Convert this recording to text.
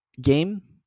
game